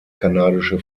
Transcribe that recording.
kanadische